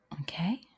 Okay